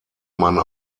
man